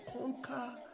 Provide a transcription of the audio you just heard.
conquer